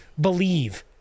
believe